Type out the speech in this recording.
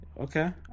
Okay